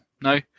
No